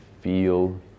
feel